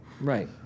Right